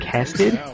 Casted